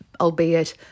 albeit